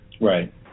Right